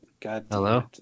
Hello